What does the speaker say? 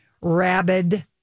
rabid